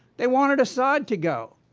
they wanted assad to go,